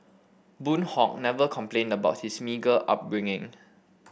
Boon Hock never complained about his meagre upbringing